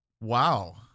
Wow